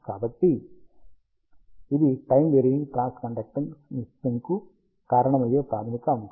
కాబట్టి ఇది time varying transconductance మిక్సింగ్కు కారణమయ్యే ప్రాథమిక అంశం